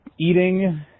eating